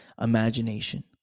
imagination